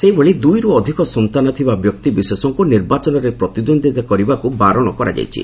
ସେହିଭଳି ଦୁଇରୁ ଅଧିକ ସନ୍ତାନ ଥିବା ବ୍ୟକ୍ତିବିଶେଷଙ୍କୁ ନିର୍ବାଚନରେ ପ୍ରତିଦ୍ୱନ୍ଦିତା କରିବାକୁ ବାରଣ କରାଯାଇଛି